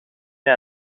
hij